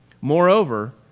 Moreover